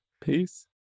Peace